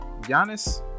Giannis